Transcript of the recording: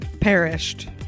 perished